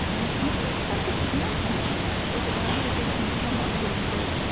and the only sensible answer that the biologists can come up with is,